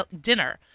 dinner